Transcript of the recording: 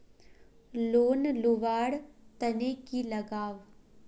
Loan लुवा र तने की लगाव?